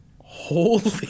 holy